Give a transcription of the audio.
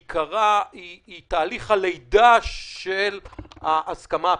היא בעיקרה תהליך הלידה של ההסכמה הפוליטית,